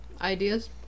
ideas